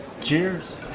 Cheers